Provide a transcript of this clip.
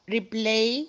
Replay